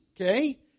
okay